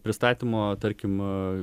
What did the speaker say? pristatymo tarkim